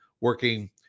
working